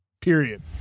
Period